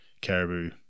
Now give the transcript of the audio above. caribou